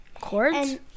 Cords